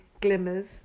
glimmers